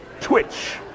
twitch